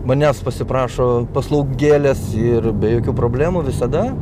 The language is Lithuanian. manęs pasiprašo paslau gėles ir be jokių problemų visada